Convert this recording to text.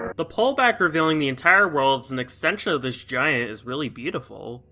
the pull back revealing the entire world as an extension of this giant is really beautiful.